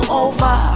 over